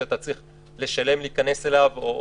שאתה צריך לשלם כדי להיכנס אליו או